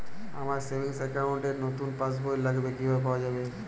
আমার savings account র নতুন পাসবই লাগবে, কিভাবে পাওয়া যাবে?